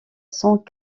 sans